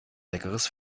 leckeres